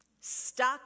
Stuck